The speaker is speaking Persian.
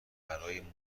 برای